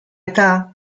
eta